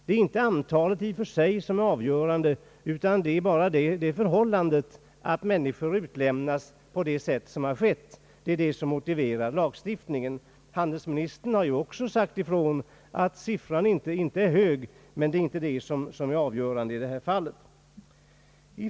Det är inte antalet i och för sig som är avgörande, utan vad som motiverar lagstiftningen är det förhållandet att människor utlämnas på det sätt som skett. Handelsministern har också sagt ifrån att siffran inte är hög, men att det inte är det som är avgörande i detta fall.